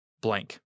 blank